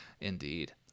indeed